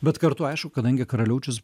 bet kartu aišku kadangi karaliaučius